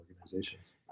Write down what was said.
organizations